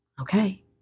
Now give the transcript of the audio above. okay